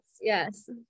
Yes